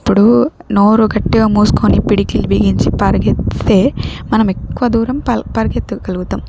ఇప్పుడు నోరు గట్టిగా మూసుకొని పిడికిలి బిగించి పరిగెత్తితే మనం ఎక్కువ దూరం పల్ పరిగెత్తగలుగుతాం